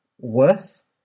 worse